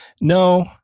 No